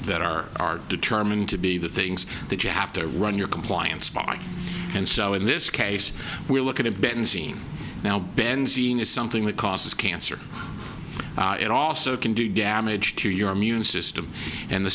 that are determined to be the things that you have to run your compliance by and so in this case we're looking a bit unseen now benzene is something that causes cancer it also can do damage to your immune system and the